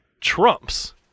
trumps